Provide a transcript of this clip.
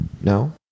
No